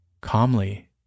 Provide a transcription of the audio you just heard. calmly